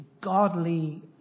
godly